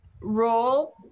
roll